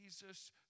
jesus